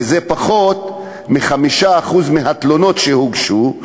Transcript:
וזה פחות מ-5% מהתלונות שהוגשו,